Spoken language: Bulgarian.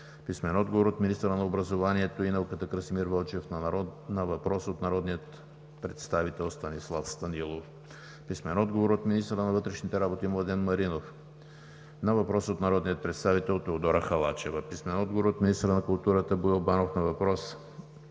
Чуколов; - министъра на образованието и науката Красимир Вълчев на въпрос от народния представител Станислав Станилов; - министъра на вътрешните работи Младен Маринов на въпрос от народния представител Теодора Халачева; - министъра на културата Боил Банов на въпрос